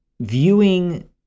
viewing